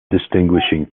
distinguishing